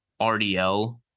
RDL